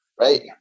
Right